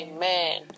Amen